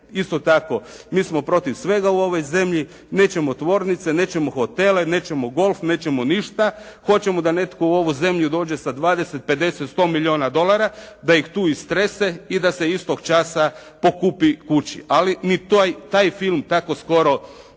isto tako mi smo protiv svega u ovoj zemlji. Nećemo tvornice, nećemo hotele, nećemo golf. Nećemo ništa. Hoćemo da netko u ovu zemlju dođe sa 20, 50, 100 milijuna dolara, da ih tu istrese i da se istog časa pokupi kući. Ali ni taj film tako skoro